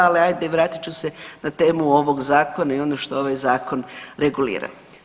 Ali hajde vratit ću se na temu ovog zakona i ono što ovaj zakon regulira.